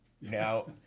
Now